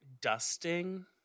dusting